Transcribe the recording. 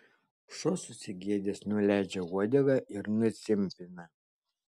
šuo susigėdęs nuleidžia uodegą ir nucimpina